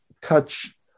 touch